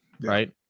right